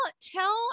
tell